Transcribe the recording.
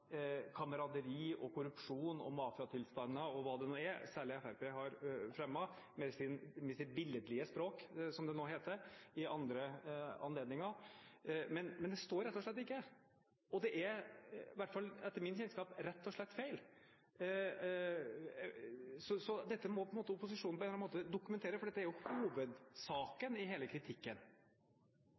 kameraderi og korrupsjon og mafiatilstander og hva det nå er særlig Fremskrittspartiet har fremmet med sitt billedlige språk, som det nå heter, ved andre anledninger – står der rett og slett ikke. Det er, i hvert fall etter min kjennskap, rett og slett feil. Så dette må opposisjonen på en eller annen måte dokumentere, for det er jo hovedsaken i hele kritikken.